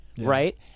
right